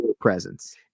presence